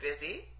busy